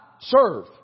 serve